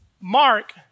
Mark